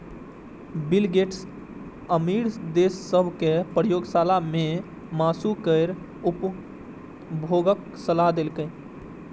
bill Gates अमीर देश सभ कें प्रयोगशाला मे तैयार मासु केर उपभोगक सलाह देलकैए